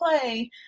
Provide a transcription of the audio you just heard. play